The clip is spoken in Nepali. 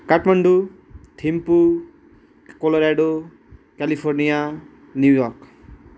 Kathmandu Thimphu Colorado California New York